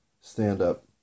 stand-up